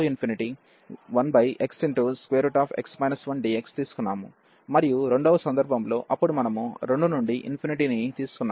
మరియు రెండవ సందర్భంలో అప్పుడు మనము 2 నుండి ని తీసుకున్నాము